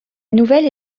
nouvelle